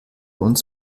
uns